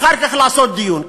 אחר כך לעשות דיון.